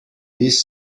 this